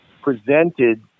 presented